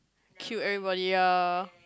kill everybody ya